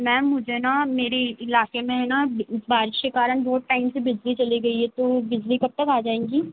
ma'am मुझे ना मेरे इलाके में है ना बारिश के कारण बोहोत टाइम से बिजली चली गई है तो बिजली कब तक आ जाएँगी